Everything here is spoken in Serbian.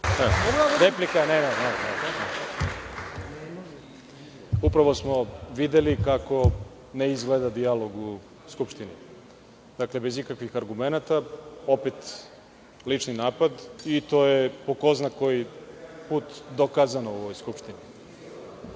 Upravo smo videli kako ne izgleda dijalog u Skupštini. Bez ikakvih argumenata, opet lični napad i to je, po ko zna koji put, dokazano u ovoj Skupštini.